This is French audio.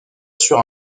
sur